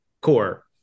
core